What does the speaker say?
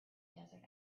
desert